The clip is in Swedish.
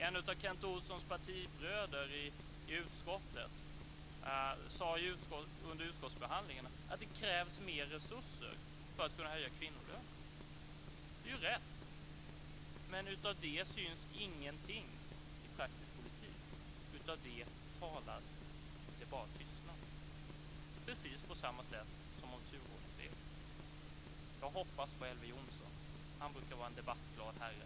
En av Kent Olssons partibröder i utskottet sade under utskottsbehandlingen att det krävs mer resurser för att kunna höja kvinnolönerna. Det är rätt. Men av det syns ingenting i praktisk politik. Det är bara tystnad, precis på samma sätt som när det gäller turordningsreglerna. Jag hoppas på Elver Jonsson. Han brukar vara en debattglad herre.